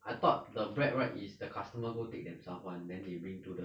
I thought the bread right is the customer go take themselves [one] then they bring to the